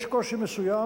יש קושי מסוים,